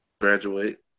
graduate